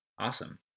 Awesome